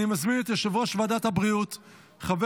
אני מזמין את יושב-ראש ועדת הבריאות חבר